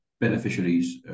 beneficiaries